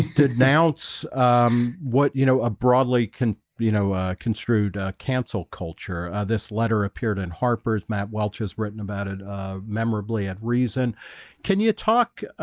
denounce um what you know a broadly can you know, ah construed ah, cancel culture, ah, this letter appeared in harper's matt welch has written about it. ah memorably at reason can you talk ah,